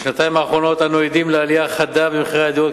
בשנתיים האחרונות אנו עדים לעלייה חדה במחירי הדירות,